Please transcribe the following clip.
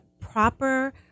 proper